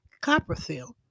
Copperfield